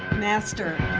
master.